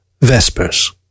Vespers